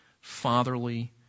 fatherly